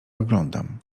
oglądam